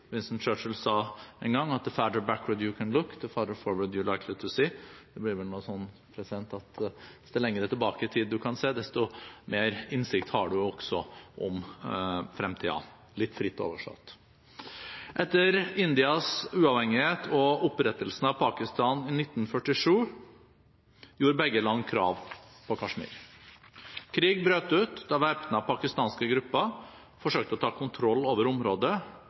sa en gang: «The farther backward you can look, the farther forward you are likely to see». Det blir vel noe sånn som at jo lenger tilbake i tid du kan se, desto mer innsikt har du også om fremtiden – litt fritt oversatt. Etter Indias uavhengighet og opprettelsen av Pakistan i 1947 gjorde begge land krav på Kashmir. Krig brøt ut da væpnede pakistanske grupper forsøkte å ta kontroll over området